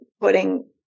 putting